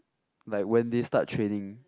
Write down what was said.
like when they start training